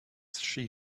she